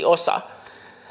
osa